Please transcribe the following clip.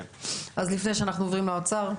בסדר, אז לפני שאנחנו עוברים למשרד האוצר.